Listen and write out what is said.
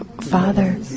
father